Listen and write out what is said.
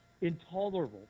intolerable